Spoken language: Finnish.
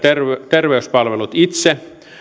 terveyspalvelut itse